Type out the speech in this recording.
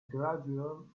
gradual